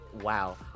Wow